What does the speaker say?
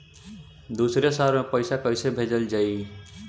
दूसरे शहर में पइसा कईसे भेजल जयी?